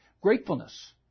gratefulness